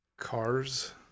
Cars